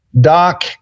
doc